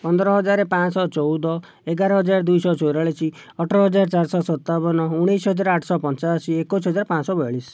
ପନ୍ଦରହଜାର ପାଞ୍ଚଶହ ଚଉଦ ଏଗାରହଜାର ଦୁଇଶହ ଚଉରାଳିଶ ଅଠରହଜାର ଚାରିଶହ ସତାବନ ଉଣେଇଶହଜାର ଆଠଶହ ପଞ୍ଚାଅଶି ଏକୋଇଶହଜାର ପାଞ୍ଚଶହ ବୟାଳିଶ